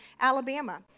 Alabama